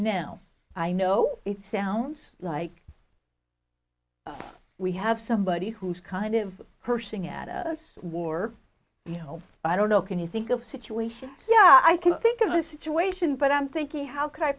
now i know it sounds like we have somebody who's kind of cursing at us war you know i don't know can you think of situations yeah i can think of a situation but i'm thinking how can i